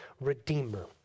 redeemer